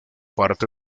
parte